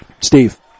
Steve